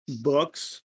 books